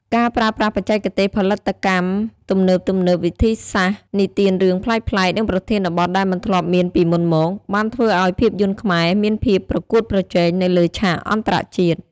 ការប្រើប្រាស់បច្ចេកទេសផលិតកម្មទំនើបៗ វិធីសាស្រ្តនិទានរឿងប្លែកៗ និងប្រធានបទដែលមិនធ្លាប់មានពីមុនមក បានធ្វើឱ្យភាពយន្តខ្មែរមានភាពប្រកួតប្រជែងនៅលើឆាកអន្តរជាតិ។